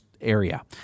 area